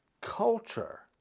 culture